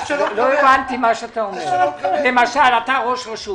לא הבנתי מה שאתה אומר, למשל אתה ראש רשות